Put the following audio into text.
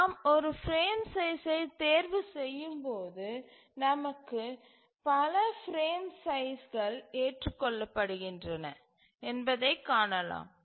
நாம் ஒரு பிரேம் சைஸ்சை தேர்வு செய்யும்போது நமக்கு பல பிரேம் சைஸ் கள் ஏற்றுக்கொள்ளப்படுகின்றன என்பதைக் காணலாம்